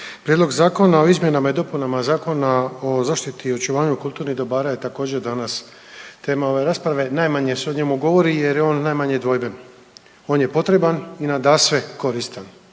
Prijedlog Zakona o izmjenama i dopunama Zakona o zaštiti i očuvanju kulturnih dobara je također danas tema ove rasprave. Najmanje se o njemu govori jer je on najmanje dvojben. On je potreban i nadasve koristan.